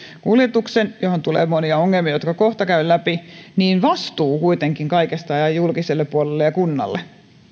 jätteenkuljetuksen johon tulee monia ongelmia jotka kohta käyn läpi niin vastuu kuitenkin kaikesta jää julkiselle puolelle ja kunnalle